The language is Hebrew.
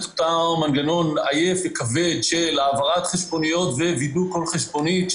המנגנון הכבד של העברת חשבוניות ובדיקת כל חשבונית.